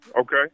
Okay